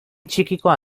txikikoa